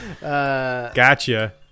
Gotcha